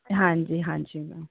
हाँ जी हाँ जी मैम